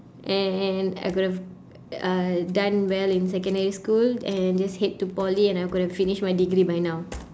and and I could have uh done well in secondary school and just head to poly and I could have finished my degree by now